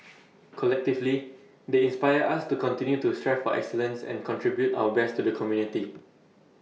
collectively they inspire us to continue to strive for excellence and contribute our best to the community